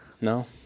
No